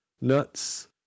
Nuts